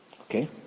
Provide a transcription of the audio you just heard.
Okay